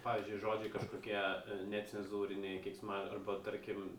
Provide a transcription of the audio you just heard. pavyzdžiui žodžiai kažkokie necenzūriniai keiksma arba tarkim